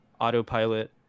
autopilot